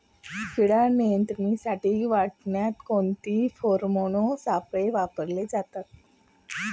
कीड नियंत्रणासाठी वाटाण्यात कोणते फेरोमोन सापळे वापरले जातात?